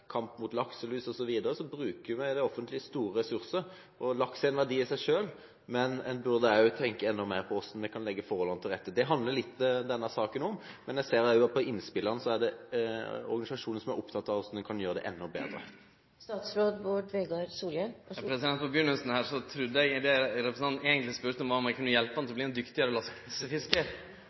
kampen mot lakselus osv., ser man at det offentlige bruker store ressurser. Laks er en verdi i seg selv, men man bør også tenke mer på hvordan man kan legge forholdene til rette. Det handler denne saken litt om. Men av innspillene ser jeg også at det er organisasjoner som er opptatt av hvordan man kan gjøre det enda bedre. Først trudde eg at representanten eigentleg spurde om eg kunne hjelpe han til å